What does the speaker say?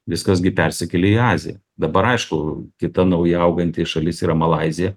viskas gi persikėlė į aziją dabar aišku kita nauja auganti šalis yra malaizija